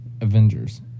Avengers